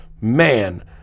man